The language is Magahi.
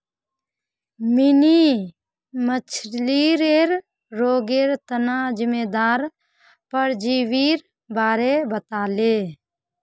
मिनी मछ्लीर रोगेर तना जिम्मेदार परजीवीर बारे बताले